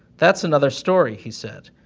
that's another story, he said.